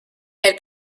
elles